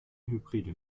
hybride